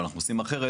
אבל אנחנו עושים אחרת,